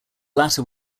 latter